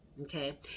Okay